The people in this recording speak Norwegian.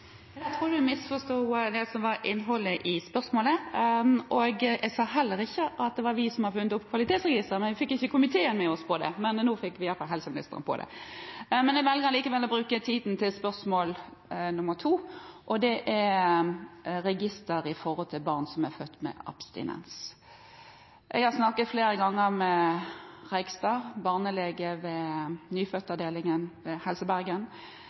Jeg tror statsråden misforsto det som var innholdet i spørsmålet. Jeg sa heller ikke at det var vi som har funnet opp kvalitetsregistre, vi fikk ikke komiteen med oss på det, men nå fikk vi iallfall helseministeren med oss på det. Men jeg velger likevel å bruke tiden til spørsmål nr. 2, og det er register som gjelder barn som er født med abstinens. Jeg har snakket flere ganger med Reigstad, barnelege ved